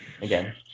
again